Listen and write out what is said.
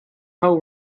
hoe